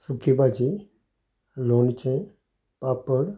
सुकी भाजी लोणचें पापड